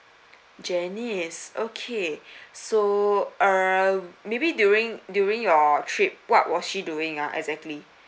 janice okay so uh maybe during during your trip what was she doing ah exactly